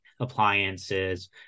appliances